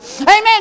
amen